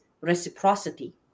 reciprocity